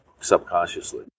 subconsciously